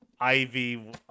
Ivy